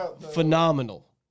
phenomenal